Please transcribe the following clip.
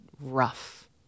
rough